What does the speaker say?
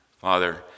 Father